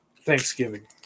Thanksgiving